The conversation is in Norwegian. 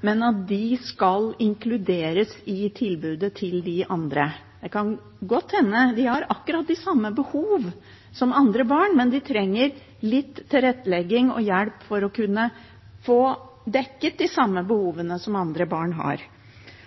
men at de inkluderes i tilbudet til de andre. De har akkurat de samme behovene som andre barn, men de trenger litt tilrettelegging og hjelp for å kunne få dekket de samme behovene som andre barn har.